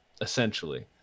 essentially